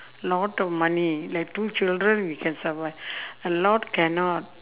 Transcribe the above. lot of money like two children we can survive a lot cannot